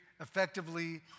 effectively